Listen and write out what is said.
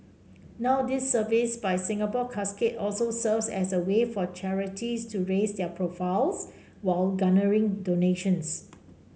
now this service by Singapore Casket also serves as a way for charities to raise their profiles while garnering donations